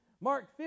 Mark